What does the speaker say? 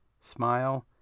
smile